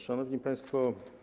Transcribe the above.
Szanowni Państwo!